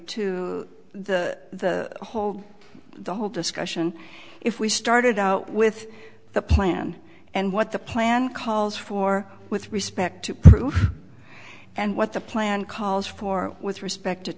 to the whole the whole discussion if we started out with the plan and what the plan calls for with respect to proof and what the plan calls for with respect to